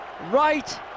Right